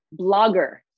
blogger